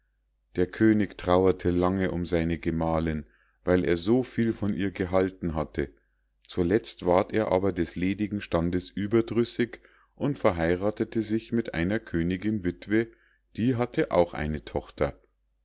der könig trauerte lange um seine gemahlinn weil er so viel von ihr gehalten hatte zuletzt ward er aber des ledigen standes überdrüssig und verheirathete sich mit einer königinn wittwe die hatte auch eine tochter